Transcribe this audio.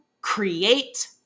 create